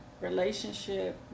relationship